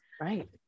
right